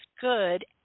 good